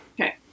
Okay